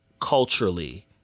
culturally